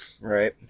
Right